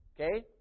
Okay